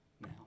now